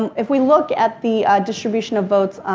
and if we look at the distribution of both,